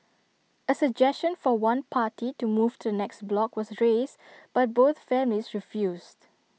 A suggestion for one party to move to the next block was raised but both families refused